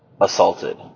assaulted